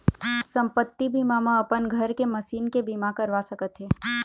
संपत्ति बीमा म अपन घर के, मसीन के बीमा करवा सकत हे